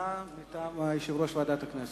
הודעה מטעם יושב-ראש ועדת הכנסת.